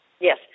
Yes